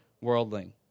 worldling